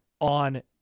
on